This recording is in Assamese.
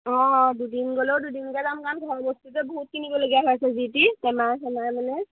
অঁ দুদিন গ'লেও দুদিনকে দাম কাম ঘৰৰ বস্তুটো বহুত কিনিবলগীয়া হৈছে যি টি টেমা ছেমাৰ মানে